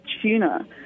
tuna